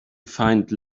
find